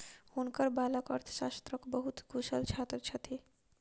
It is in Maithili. हुनकर बालक अर्थशास्त्रक बहुत कुशल छात्र छथि